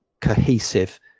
cohesive